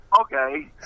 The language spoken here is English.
okay